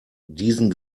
diesen